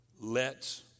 lets